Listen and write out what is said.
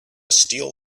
steel